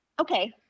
Okay